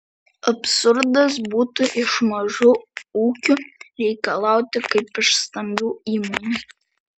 absurdas būtų iš mažų ūkių reikalauti kaip iš stambių įmonių